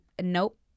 nope